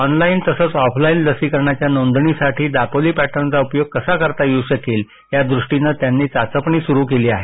online तसंच offline लसीकरणाच्या नोंदणीसाठी दापोली पॅटर्नचा उपयोग कसा करता येऊ शकेल या दृष्टीनं त्यांनी चाचपणी सूरू केली आहे